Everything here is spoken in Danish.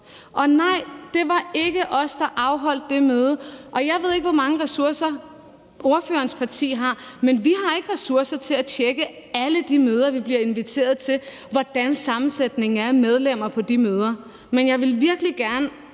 Og nej, det var ikke os, der afholdt det møde. Jeg ved ikke, hvor mange ressourcer ordførerens parti har, men vi har ikke ressourcer til at tjekke alle de møder, vi bliver inviteret til, altså hvordan sammensætningen af medlemmer er på de møder. Men jeg ville virkelig gerne